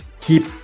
keep